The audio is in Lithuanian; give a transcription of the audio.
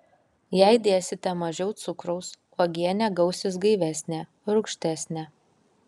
jei dėsite mažiau cukraus uogienė gausis gaivesnė rūgštesnė